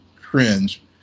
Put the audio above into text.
cringe